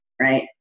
right